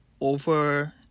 over